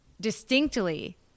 distinctly